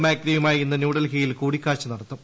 മാക്രിയുമായി ഇന്ന് ന്യൂഡൽഹിയിൽ കൂടിക്കാഴ്ച നടത്തും